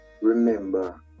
remember